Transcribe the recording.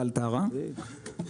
שאמרתי,